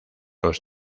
los